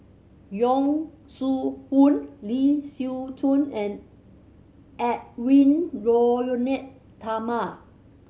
Yong Shu Hoong Lee Siew Choh and Edwy Lyonet Talma